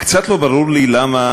קצת לא ברור לי למה